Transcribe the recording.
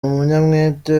umunyamwete